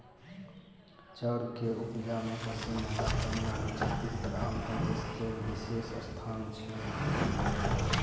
चाउर के उपजा मे पच्छिम बंगाल, तमिलनाडु, छत्तीसगढ़, आंध्र प्रदेश केर विशेष स्थान छै